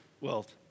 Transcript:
world